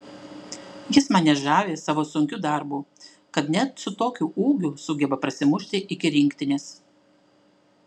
jis mane žavi savo sunkiu darbu kad net su tokiu ūgiu sugeba prasimušti iki rinktinės